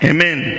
Amen